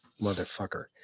motherfucker